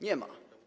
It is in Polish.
Nie ma.